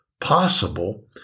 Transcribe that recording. possible